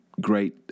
great